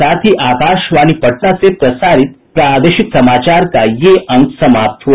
इसके साथ ही आकाशवाणी पटना से प्रसारित प्रादेशिक समाचार का ये अंक समाप्त हुआ